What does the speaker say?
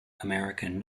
american